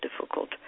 difficult